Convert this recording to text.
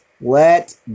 let